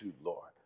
lord